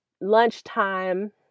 lunchtime